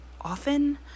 often